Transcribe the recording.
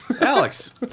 Alex